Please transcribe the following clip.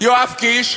יואב קיש,